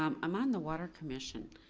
um i'm on the water commission.